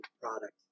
product